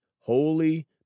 holy